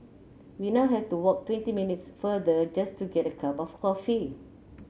we now have to walk twenty minutes farther just to get a cup of coffee